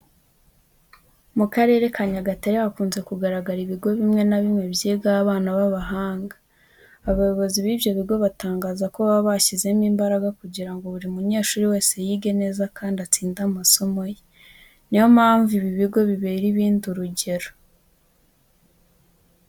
Mu Karere ka Nyagatare hakunze kugaragara ibigo bimwe na bimwe byigaho abana b'abahanga. Abayobozi b'ibyo bigo batangaza ko baba bashyizemo imbaraga kugira ngo buri munyeshuri wese yige neza kandi atsinde amasomo ye. Ni yo mpamvu ibi bigo bibera ibindi urugero.